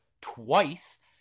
twice